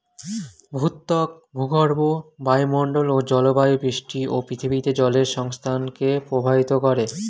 ভূত্বক, ভূগর্ভ, বায়ুমন্ডল ও জলবায়ু বৃষ্টি ও পৃথিবীতে জলের সংস্থানকে প্রভাবিত করে